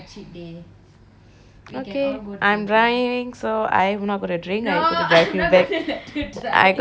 okay I'm driving so I'm not going to drink I going to drive you back I going to drive you back home guys